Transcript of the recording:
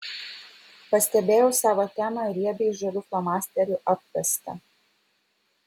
pastebėjau savo temą riebiai žaliu flomasteriu apvestą